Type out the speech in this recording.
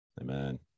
Amen